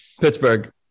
Pittsburgh